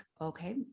okay